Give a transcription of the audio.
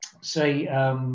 say